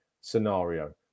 scenario